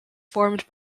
formed